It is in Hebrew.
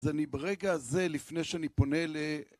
אז אני ברגע הזה, לפני שאני פונה ל...